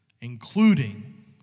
including